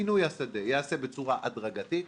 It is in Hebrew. פינוי השדה ייעשה בצורה הדרגתית,